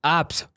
apps